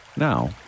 Now